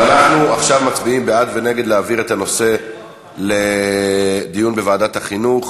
אז אנחנו עכשיו מצביעים בעד או נגד העברת הנושא לדיון בוועדת החינוך.